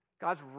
God's